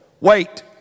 Wait